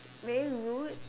very rude